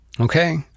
Okay